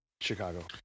Chicago